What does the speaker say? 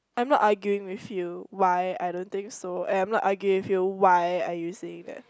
I'm not arguing with you why I don't think so and I'm not arguing with you why are you saying that